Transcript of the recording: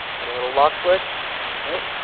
got a little lock switch, great.